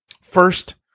first